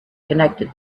connected